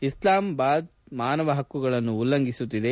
ಇಸ್ಲಾಮಾಬಾದ್ ಮಾನವ ಹಕ್ಕುಗಳನ್ನು ಉಲ್ಲಂಘಿಸುತ್ತಿದೆ